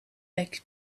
like